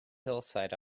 hillside